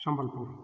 Sambalpur